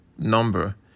number